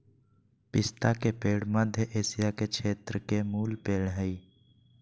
पिस्ता के पेड़ मध्य एशिया के क्षेत्र के मूल पेड़ हइ